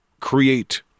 create